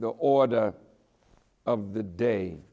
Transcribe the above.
the order of the day